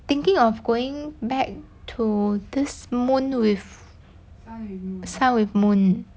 thinking of going back to this moon with sun with moon